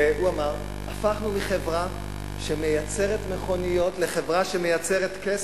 והוא אמר: הפכנו מחברה שמייצרת מכוניות לחברה שמייצרת כסף.